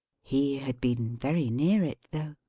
he had been very near it though!